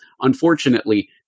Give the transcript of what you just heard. unfortunately